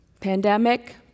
Pandemic